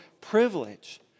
privilege